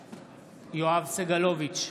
סגלוביץ'